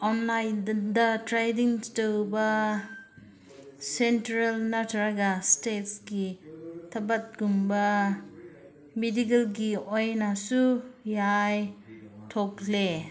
ꯑꯣꯟꯂꯥꯏꯟꯗꯗ trading ꯇꯧꯕ central ꯅꯠꯇ꯭ꯔꯒ ꯏꯁꯇꯦꯠꯁꯀꯤ ꯊꯕꯛꯒꯨꯝꯕ ꯃꯦꯗꯤꯀꯦꯜꯒꯤ ꯑꯣꯏꯅꯁꯨ ꯌꯥꯏ ꯊꯣꯛꯂꯦ